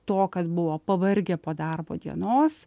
to kad buvo pavargę po darbo dienos